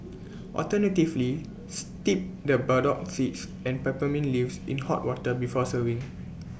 alternatively steep the burdock seeds and peppermint leaves in hot water before serving